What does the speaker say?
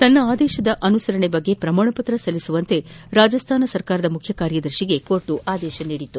ತನ್ನ ಆದೇಶದ ಅನುಸರಣೆ ಕುರಿತು ಪ್ರಮಾಣಪತ್ರ ಸಲ್ಲಿಸುವಂತೆ ರಾಜಸ್ತಾನ ಸರ್ಕಾರದ ಮುಖ್ಚಿಕಾರ್ಯದರ್ತಿಗೆ ಕೋರ್ಟ್ ಆದೇಶಿಸಿದೆ